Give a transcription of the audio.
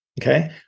okay